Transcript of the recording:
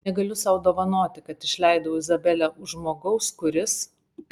negaliu sau dovanoti kad išleidau izabelę už žmogaus kuris